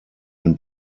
den